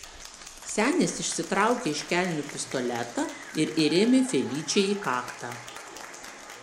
senis išsitraukė iš kelnių pistoletą ir įrėmė feličei į kaktą